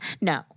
No